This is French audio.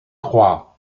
croire